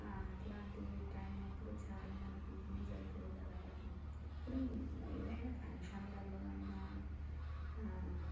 అలాంటి టైమ్ అప్పుడు చాలా మనకు యూజ్ అవుతుంది కదా ఇప్పుడు ఏదైనా ఫంక్షన్లలోనైనా